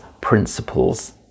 principles